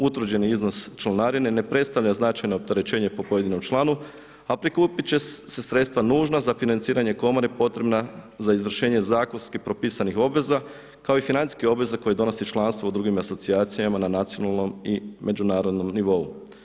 Utvrđeni iznos članarine ne predstavlja značajno opterećenje po pojedinom članu a prikupiti će se sredstva nužna za financiranje komore potrebna za izvršenje zakonski propisanih obveza kao i financijske obveze koje donose članstvo u drugim asocijacijama na nacionalnom i međunarodnom nivou.